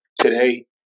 today